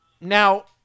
Now